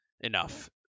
enough